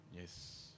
Yes